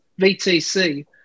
vtc